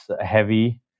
heavy